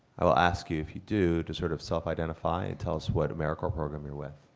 i will ask you if you do to sort of self identify, tell us what americorps program you're with.